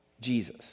Jesus